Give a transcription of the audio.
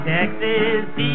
Texas